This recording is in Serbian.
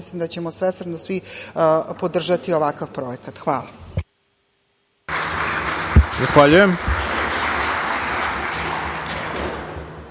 mislim da ćemo svesrdno svi podržati ovakav projekat. Hvala. **Ivica